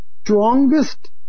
strongest